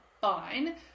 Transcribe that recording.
fine